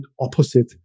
opposite